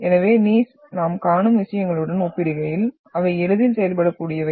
எனவே நீய்ஸ் நாம் காணும் விஷயங்களுடன் ஒப்பிடுகையில் அவை எளிதில் செயல்படக்கூடியவை